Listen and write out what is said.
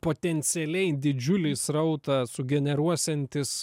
potencialiai didžiulį srautą sugeneruosiantis